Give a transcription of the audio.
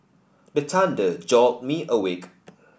the thunder jolt me awake